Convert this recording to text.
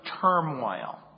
turmoil